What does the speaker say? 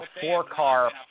four-car